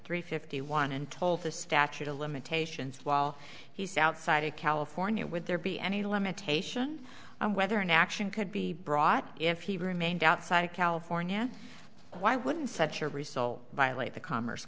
three fifty one and told the statute of limitations while he's outside of california would there be any limitation on whether an action could be brought if he remained outside of california why would such a result violate the commerce